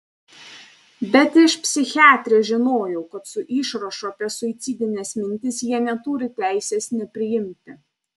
bet aš iš psichiatrės žinojau kad su išrašu apie suicidines mintis jie neturi teisės nepriimti